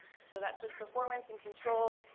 so that says, performance and control,